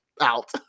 out